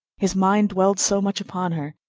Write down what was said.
his mind dwelled so much upon her,